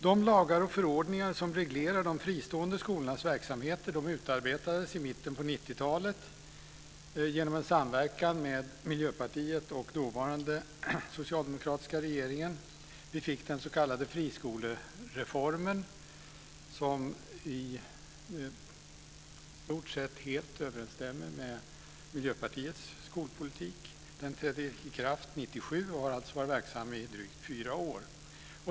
De lagar och förordningar som reglerar de fristående skolornas verksamhet utarbetades i mitten på 1990-talet i samarbete mellan Miljöpartiet och den dåvarande socialdemokratiska regeringen. Vi fick den s.k. friskolereformen, som i stort sett helt överensstämmer med Miljöpartiets skolpolitik. Den trädde i kraft 1997 och har alltså funnits i drygt fyra år.